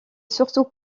surtout